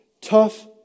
Tough